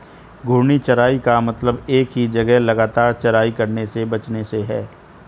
घूर्णी चराई का मतलब एक ही जगह लगातार चराई करने से बचने से है